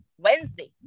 wednesday